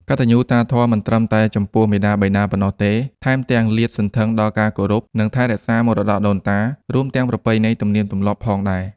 កតញ្ញុតាធម៌មិនត្រឹមតែចំពោះមាតាបិតាប៉ុណ្ណោះទេ ថែមទាំងលាតសន្ធឹងដល់ការគោរព និងថែរក្សាមរតកដូនតា រួមទាំងប្រពៃណីទំនៀមទម្លាប់ផងដែរ។